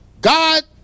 God